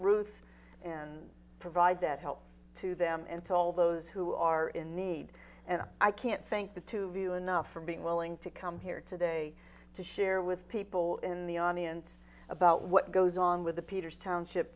ruth and provide that help to them and to all those who are in need and i can't thank the two view enough for being willing to come here today to share with people in the audience about what goes on with the peters township